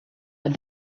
ein